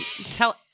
Tell